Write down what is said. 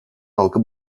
halkı